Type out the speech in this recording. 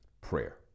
prayer